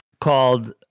called